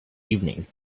evening